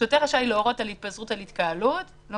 שוטר רשאי להורות על התפזרות על התקהלות לא